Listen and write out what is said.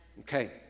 Okay